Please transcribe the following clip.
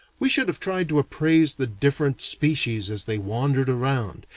we should have tried to appraise the different species as they wandered around,